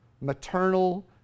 maternal